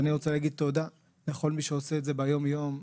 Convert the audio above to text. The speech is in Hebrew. אני רוצה להגיד תודה למי שעושה את זה ביום-יום.